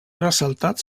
ressaltat